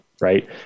right